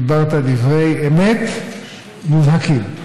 דיברת דברי אמת מובהקים.